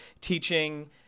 teaching